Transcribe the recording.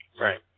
Right